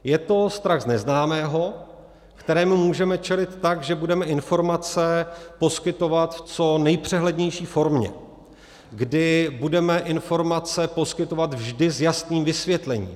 Je to strach z neznámého, kterému můžeme čelit tak, že budeme informace poskytovat v co nejpřehlednější formě, kdy budeme informace poskytovat vždy s jasným vysvětlením.